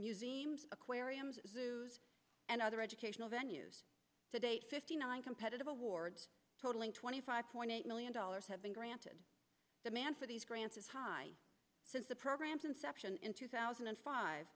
museums aquariums and other educational venues to date fifty nine competitive awards totaling twenty five point eight million dollars have been granted demand for these grants is high since the program's inception in two thousand and five